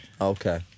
Okay